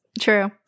True